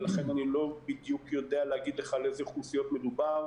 ולכן אני לא בדיוק יודע להגיד לך על איזה אוכלוסיות מדובר.